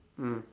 mm